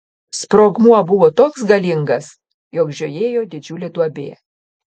sprogmuo buvo toks galingas jog žiojėjo didžiulė duobė